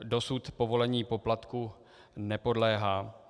Dosud povolení poplatku nepodléhá.